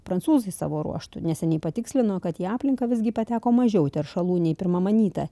prancūzai savo ruožtu neseniai patikslino kad į aplinką visgi pateko mažiau teršalų nei pirma manyta